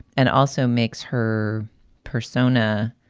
and also makes her persona.